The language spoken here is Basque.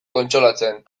kontsolatzen